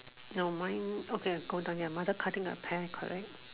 no mine okay go down ya mother cutting a pear correct